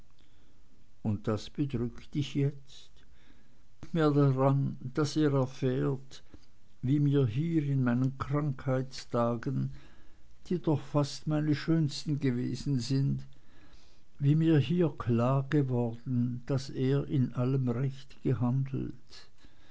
und das bedrückt dich jetzt ja und es liegt mir daran daß er erfährt wie mir hier in meinen krankheitstagen die doch fast meine schönsten gewesen sind wie mir hier klargeworden daß er in allem recht gehandelt